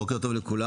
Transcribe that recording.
בוקר טוב לכולם,